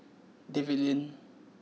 David Lim